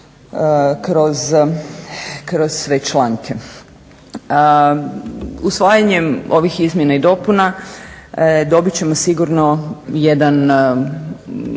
kroz sve članke. Usvajanjem ovih izmjena i dopuna dobit ćemo sigurno jedan